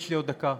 יש לי עוד דקה.